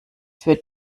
für